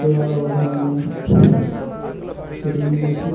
चूवावधानिनः Srinidhi